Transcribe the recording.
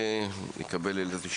מי נמצא פה ממכון התקנים?